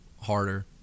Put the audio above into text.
harder